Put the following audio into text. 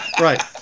Right